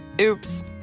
Oops